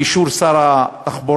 באישור שר התחבורה,